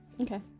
Okay